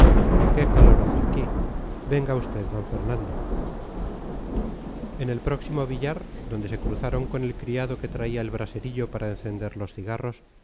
qué calor hace aquí venga usted d fernando en el próximo billar donde se cruzaron con el criado que traía el braserillo para encender los cigarros